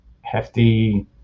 hefty